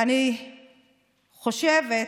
אני חושבת